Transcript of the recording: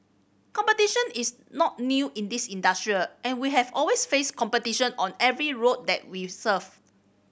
competition is not new in this industry and we have always faced competition on every route that we serve